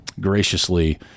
graciously